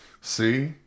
See